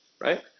right